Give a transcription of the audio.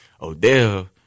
Odell